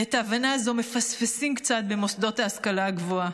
ואת ההבנה הזאת מפספסים קצת במוסדות ההשכלה הגבוהה,